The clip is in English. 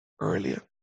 earlier